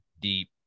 deep